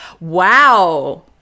Wow